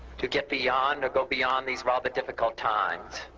to get beyond or go beyond these rather difficult times.